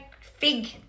fig